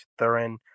Thurin